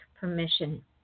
permission